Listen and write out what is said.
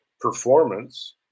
performance